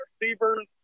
receivers